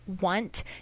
want